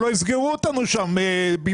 שלא יסגרו אותנו שם.